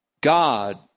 God